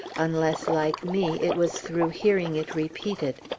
unless, like me, it was through hearing it repeated.